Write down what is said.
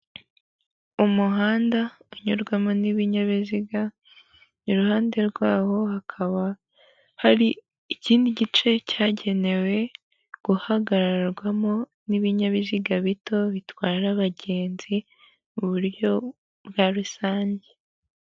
Umuhanda unyurwamo n'ibinyabiziga, iruhande rwaho hakaba hari ikindi gice cyagenewe guhagararwamo n'ibinyabiziga bito bitwara abagenzi mu buryo bwa rusange.